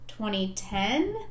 2010